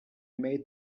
made